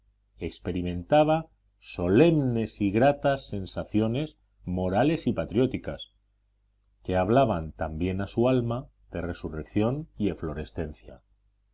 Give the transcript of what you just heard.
experimentaba solemnes y gratas sensaciones morales y patrióticas que hablaban también a su alma de resurrección y eflorescencia